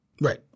right